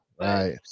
Right